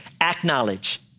Acknowledge